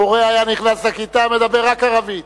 המורה היה נכנס לכיתה, מדבר רק ערבית.